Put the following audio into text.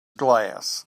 glass